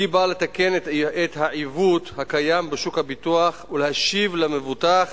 באה לתקן את העיוות הקיים בשוק הביטוח ולהשיב למבוטח